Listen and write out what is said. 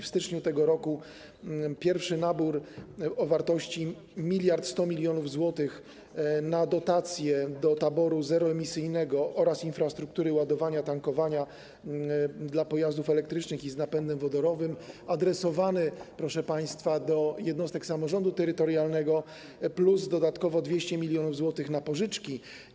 W styczniu tego roku - pierwszy nabór o wartości 1100 mln zł na dotacje do taboru zeroemisyjnego oraz infrastruktury ładowania, tankowania dla pojazdów elektrycznych i z napędem wodorowym adresowany, proszę państwa, do jednostek samorządu terytorialnego plus dodatkowo przeznaczono 200 mln zł na pożyczki.